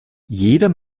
jeder